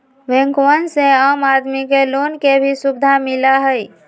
बैंकवन से आम आदमी के लोन के भी सुविधा मिला हई